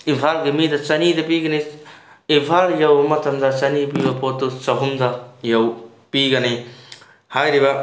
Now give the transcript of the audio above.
ꯏꯝꯐꯥꯜꯒꯤ ꯃꯤꯗ ꯆꯅꯤꯗ ꯄꯤꯒꯅꯤ ꯏꯝꯐꯥꯜ ꯌꯧꯕ ꯃꯇꯝꯗ ꯆꯅꯤ ꯄꯤꯕ ꯄꯣꯠꯇꯣ ꯆꯍꯨꯝꯗ ꯌꯧ ꯄꯤꯒꯅꯤ ꯍꯥꯏꯔꯤꯕ